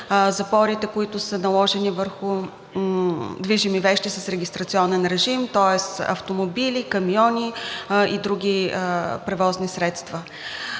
запорите, които са наложени върху движими вещи с регистрационен режим, тоест автомобили, камиони и други превозни средства.